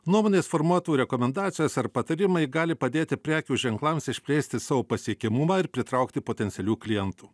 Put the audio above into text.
nuomonės formuotų rekomendacijos ar patarimai gali padėti prekių ženklams išplėsti savo pasiekiamumą ir pritraukti potencialių klientų